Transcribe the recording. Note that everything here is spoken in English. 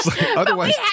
otherwise